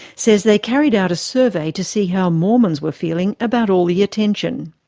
says they carried out a survey to see how mormons were feeling about all the attention.